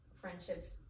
friendships